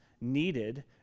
needed